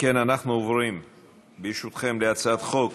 אם כן, אנחנו עוברים להצעת חוק